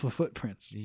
footprints